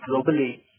globally